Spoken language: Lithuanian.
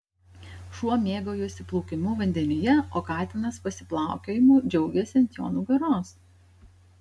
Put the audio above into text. šuo mėgaujasi plaukimu vandenyje o katinas pasiplaukiojimu džiaugiasi ant jo nugaros